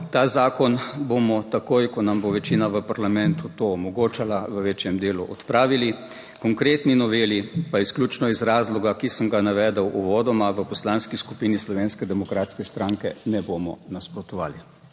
ta zakon bomo takoj, ko nam bo večina v parlamentu to omogočala, v večjem delu odpravili. Konkretni noveli pa izključno iz razloga, ki sem ga navedel uvodoma, v Poslanski skupini Slovenske demokratske stranke ne bomo nasprotovali.